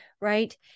right